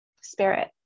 spirit